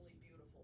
beautiful